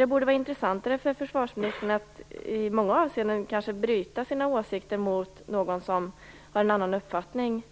Det borde vara intressantare för försvarsministern i många avseenden att bryta sina åsikter mot någon som har en annan uppfattning,